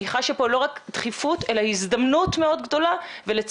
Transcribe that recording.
אני חשה פה לא רק דחיפות אלא הזדמנות מאוד גדולה ולצידה